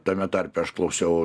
tame tarpe aš klausiau